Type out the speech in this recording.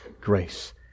grace